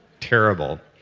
terrible.